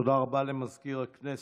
תודה רבה למזכיר הכנסת.